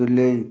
ବିଲେଇ